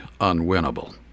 unwinnable